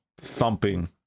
thumping